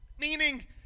Meaning